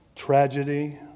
tragedy